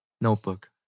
Notebook